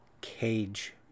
cage